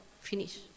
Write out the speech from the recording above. finish